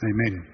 Amen